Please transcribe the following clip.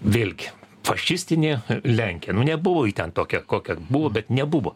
vėlgi fašistinė lenkija nu nebuvo ji ten tokia kokia buvo bet nebuvo